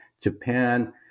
Japan